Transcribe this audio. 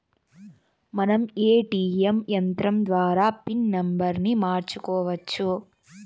మనం ఏ.టీ.యం యంత్రం ద్వారా పిన్ నంబర్ని మార్చుకోవచ్చు